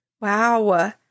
wow